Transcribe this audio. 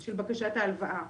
של בקשת ההלוואה.